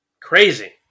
Crazy